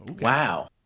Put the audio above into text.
Wow